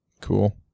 Cool